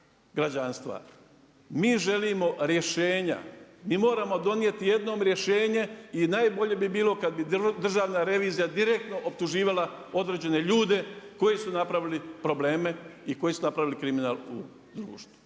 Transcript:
građanstva. Mi želimo rješenja, mi moramo donijeti jednom rješenje i najbolje bi bilo kad bi Državna revizija direktno optuživala određene ljude koji su napravili probleme i koji su napravili kriminal u društvu.